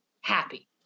happy